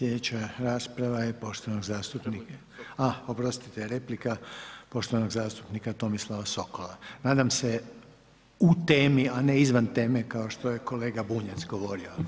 Sljedeća rasprava je poštovanog zastupnika, a oprostite, replika, poštovanog zastupnika Tomislava Sokola, nadam se u temi, a ne izvan teme, kao što je kolega Bunjac govorio.